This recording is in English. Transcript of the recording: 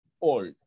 old